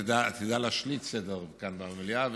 תדע להשליט סדר כאן במליאה,